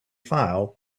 file